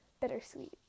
bittersweet